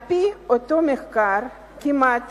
על-פי אותו מחקר, כמעט